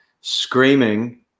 screaming